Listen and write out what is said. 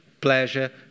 pleasure